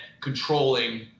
controlling